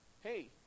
hey